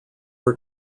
are